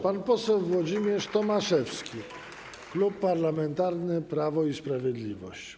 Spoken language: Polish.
Pan poseł Włodzimierz Tomaszewski, Klub Parlamentarny Prawo i Sprawiedliwość.